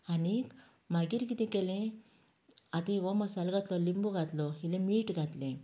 आनीक मागीर कितें केले आता हो मसालो घातलो लिंबू घातलो इल्ले मीठ घातलें